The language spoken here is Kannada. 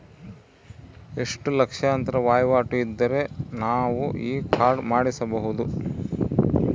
ಎಷ್ಟು ಲಕ್ಷಾಂತರ ವಹಿವಾಟು ಇದ್ದರೆ ನಾವು ಈ ಕಾರ್ಡ್ ಮಾಡಿಸಬಹುದು?